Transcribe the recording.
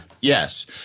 yes